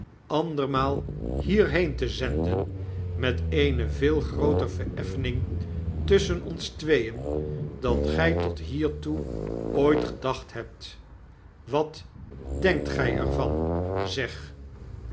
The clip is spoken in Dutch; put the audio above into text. andermaal hierheen te zenden met eene veel grooter vereffening tusschen ons tweeen dan gy tot hiertoe ooit gedacht hebt wat denkt gy er van zeg